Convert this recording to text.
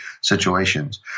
situations